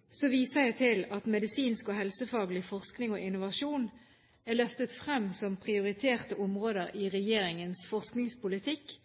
så bred tilslutning. I mitt svarbrev til komiteen datert 2. februar i år viser jeg til at medisinsk og helsefaglig forskning og innovasjon er løftet frem som prioriterte områder i regjeringens forskningspolitikk